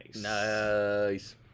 Nice